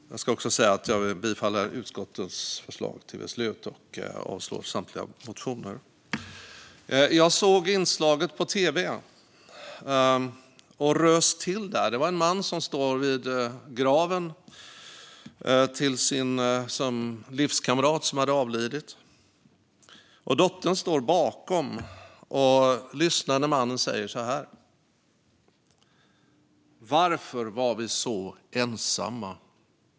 Jag yrkar bifall till utskottets förslag till beslut och avslag på samtliga motioner. Jag såg ett inslag på tv och rös till. Det var en man som stod vid graven för sin livskamrat, som hade avlidit. Dottern stod bakom och lyssnade när mannen sa: Varför var vi så ensamma?